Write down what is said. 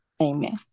Amen